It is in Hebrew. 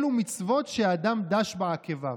אלו מצוות שאדם דש בעקביו,